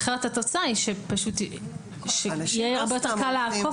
אחרת התוצאה היא שיהיה הרבה יותר קל לעקוף